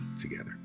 together